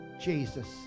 Jesus